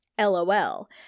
LOL